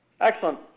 Excellent